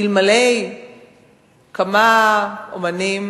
אלמלא החליטו כמה אמנים,